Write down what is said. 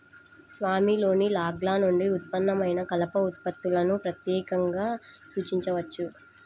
స్వామిలోని లాగ్ల నుండి ఉత్పన్నమైన కలప ఉత్పత్తులను ప్రత్యేకంగా సూచించవచ్చు